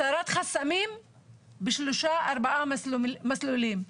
הסרת חסמים בשלושה-ארבעה מסלולים.